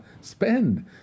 spend